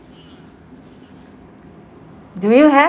do you have